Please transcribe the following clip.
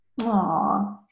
Aww